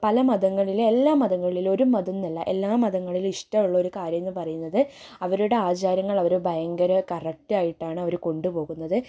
പല മതങ്ങളിലും എല്ലാ മതങ്ങളിലും ഒരു മതം എന്നല്ല എല്ലാ മതങ്ങളിലും ഇഷ്ടം ഉള്ളൊരു കാര്യം എന്ന് പറയുന്നത് അവരുടെ ആചാരങ്ങൾ അവർ ഭയങ്കര കറക്റ്റ് ആയിട്ടാണ് അവർ കൊണ്ടുപോകുന്നത്